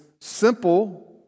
simple